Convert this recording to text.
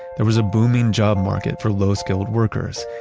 there was a booming job market for low-skilled workers.